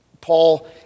Paul